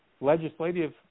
legislative